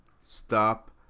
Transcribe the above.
Stop